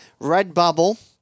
Redbubble